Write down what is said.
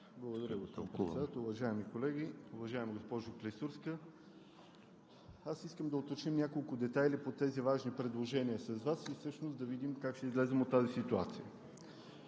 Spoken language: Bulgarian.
Благодаря, господин Председател. Уважаеми колеги! Уважаема госпожо Клисурска, аз искам да уточним няколко детайли по тези важни предложения с Вас и всъщност да видим как ще излезем от тази ситуация.